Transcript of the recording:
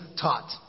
taught